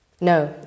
No